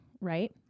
right